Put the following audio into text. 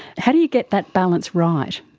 how do you get that balance right?